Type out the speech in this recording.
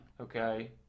Okay